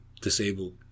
disabled